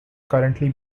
currently